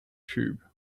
tube